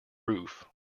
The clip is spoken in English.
roof